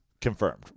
confirmed